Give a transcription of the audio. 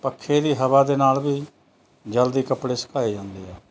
ਪੱਖੇ ਦੀ ਹਵਾ ਦੇ ਨਾਲ ਵੀ ਜਲਦੀ ਕੱਪੜੇ ਸੁਕਾਏ ਜਾਂਦੇ ਆ